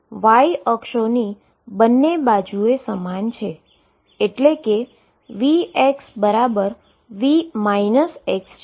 જે y અક્સીસની બંને બાજુએ સમાન છે એટલે કે VxV છે